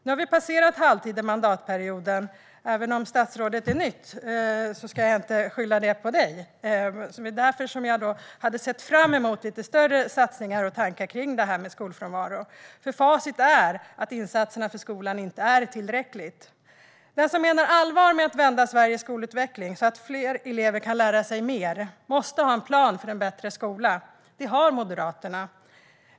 Nu har vi passerat halvtid i mandatperioden, och även om statsrådet är ny i uppdraget ska jag inte skylla detta på dig. Det är därför jag hade sett fram emot lite större satsningar och tankar om frågan om skolfrånvaron. Facit är att insatserna för skolan inte är tillräckliga. Den som menar allvar med att vända skolutvecklingen i Sverige så att fler elever kan lära sig mer måste ha en plan för en bättre skola. Det har Moderaterna.